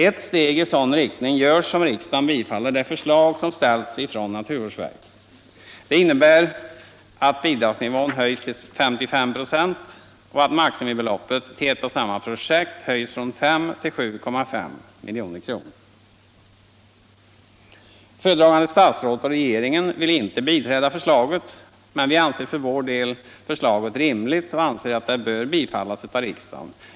Ett steg i sådan riktning tas om riksdagen bifaller det förslag som ställts av naturvårdsverket. Det innebär att bidragsnivån höjs till 55 96 och att maximibeloppet till ett och samma projekt höjs från 5 till 7,5 milj.kr. Föredragande statsrådet och regeringen vill inte biträda förslaget, men vi finner för vår del förslaget rimligt och anser att det bör bifallas av riksdagen.